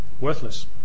worthless